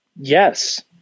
Yes